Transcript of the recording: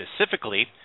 specifically